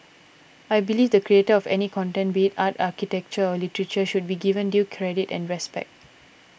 I believe the creator of any content be it art architecture or literature should be given due credit and respect